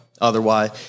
Otherwise